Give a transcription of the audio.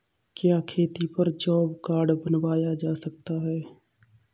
क्या खेती पर जॉब कार्ड बनवाया जा सकता है?